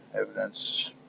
evidence